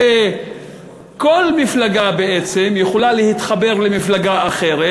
שכל מפלגה בעצם יכולה להתחבר למפלגה אחרת,